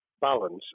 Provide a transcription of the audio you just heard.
balance